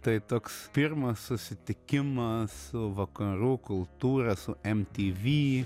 tai toks pirmas susitikimas su vakarų kultūra su mtv